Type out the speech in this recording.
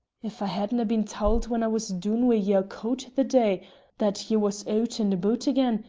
if i hadnae been tauld when i was doon wi' yer coat the day that ye was oot and aboot again,